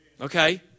Okay